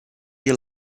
you